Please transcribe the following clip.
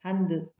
हंधु